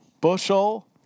bushel